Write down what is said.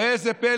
ראה זה פלא.